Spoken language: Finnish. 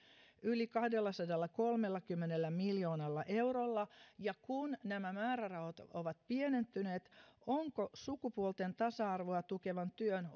yli kahdellasadallakolmellakymmenellä miljoonalla eurolla ja kun nämä määrärahat ovat pienentyneet onko sukupuolten tasa arvoa tukevan työn